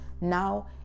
now